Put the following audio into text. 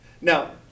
Now